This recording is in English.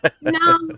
No